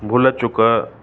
भुल चुक